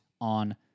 on